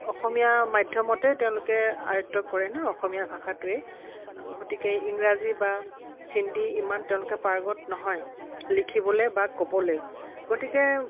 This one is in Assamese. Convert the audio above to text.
অসমীয়া মাধ্যমতে তেওঁলোকে আয়ত্ব কৰে ন অসমীয়া ভাষাটোৱে গতিকে ইংৰাজী বা হিন্দী ইমান তেওঁলোকে পাৰ্গত নহয় লিখিবলৈ বা ক'বলৈ গতিকে